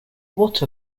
what